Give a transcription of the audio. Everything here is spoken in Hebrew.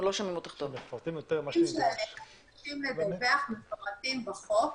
הנתונים שאנחנו מתבקשים לדווח מפורטים בחוק,